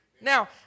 now